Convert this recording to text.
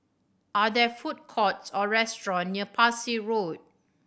are there food courts or restaurant near Parsi Road